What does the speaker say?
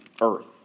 earth